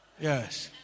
Yes